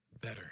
better